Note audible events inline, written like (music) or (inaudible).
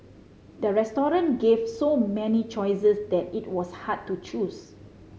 the (unintelligible) gave so many choices that it was hard to choose